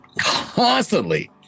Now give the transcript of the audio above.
Constantly